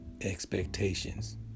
expectations